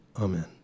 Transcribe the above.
Amen